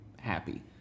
happy